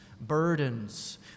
Burdens